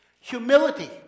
humility